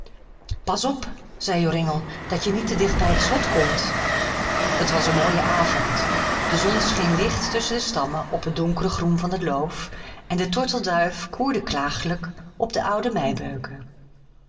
pas op zeide joringel dat je niet te dicht bij het slot komt het was een mooie avond de zon scheen licht tusschen de stammen op het donkere groen van het loof en de tortelduif koerde klagelijk op de oude meibeuken